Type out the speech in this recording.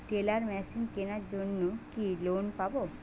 Teller machine কেনার জন্য কি লোন পাব?